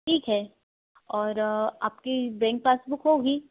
ठीक है और आपकी बैंक पासबुक होगी